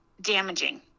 damaging